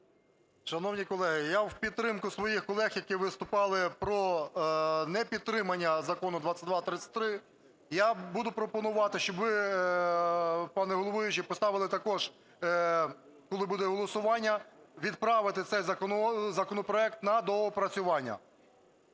Шановні колеги, я в підтримку своїх колег, які виступали про непідтримання Закону 2233, я буду пропонувати, щоб ви, пане головуючий, поставили також, коли буде голосування, відправити цей законопроект на доопрацювання.